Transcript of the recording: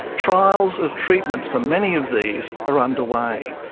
trials of treatments for many of these are underway.